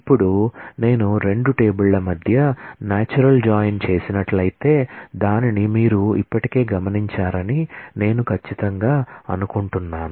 ఇప్పుడు నేను రెండు టేబుళ్ల మధ్య నాచురల్ జాయిన్ చేసినట్లయితే దానిని మీరు ఇప్పటికే గమనించారని నేను ఖచ్చితంగా అనుకుంటున్నాను